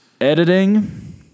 editing